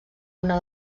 una